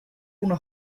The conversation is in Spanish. una